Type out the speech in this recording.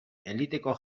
eliteko